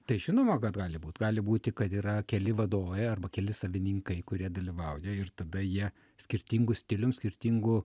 tai žinoma kad gali būt gali būti kad yra keli vadovai arba keli savininkai kurie dalyvauja ir tada jie skirtingu stilium skirtingu